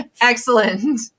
excellent